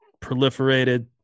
proliferated